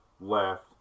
left